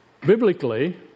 Biblically